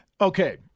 Okay